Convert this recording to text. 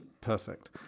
perfect